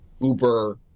Uber